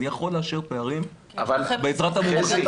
אני יכול לאשר פערים בעזרת המומחים.